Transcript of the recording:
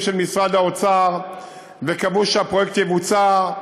של משרד האוצר וקבעו שהפרויקט יבוצע,